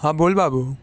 હા બોલ બાબુ